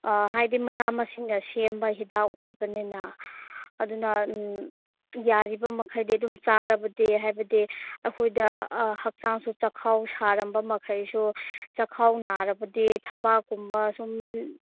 ꯑꯥ ꯍꯥꯏꯗꯤ ꯃꯅꯥ ꯃꯁꯤꯡꯅ ꯁꯦꯝꯕ ꯍꯤꯗꯥꯛ ꯑꯣꯏꯕꯅꯤꯅ ꯑꯗꯨꯅ ꯎꯝ ꯌꯥꯔꯤꯕ ꯃꯈꯩꯗꯤ ꯑꯗꯨꯝ ꯆꯥꯔꯕꯗꯤ ꯍꯥꯏꯕꯗꯤ ꯑꯩꯈꯣꯏꯗ ꯑꯥ ꯍꯛꯆꯥꯡꯁꯨ ꯆꯥꯛꯈꯥꯎ ꯁꯥꯔꯝꯕ ꯃꯈꯩꯁꯨ ꯆꯥꯛꯈꯥꯎ ꯅꯥꯔꯕꯗꯤ ꯊꯕꯥꯛ ꯀꯨꯝꯕ ꯁꯨꯝ